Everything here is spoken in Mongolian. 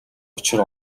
учир